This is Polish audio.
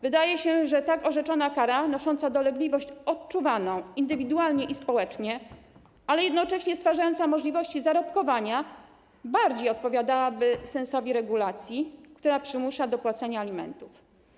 Wydaje się, że tak orzeczona kara nosząca dolegliwość odczuwaną indywidualnie i społecznie, ale jednocześnie stwarzająca możliwości zarobkowania bardziej odpowiadałaby sensowi regulacji, która przymusza do płacenia alimentów.